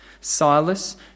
Silas